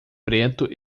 preto